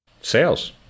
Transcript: sales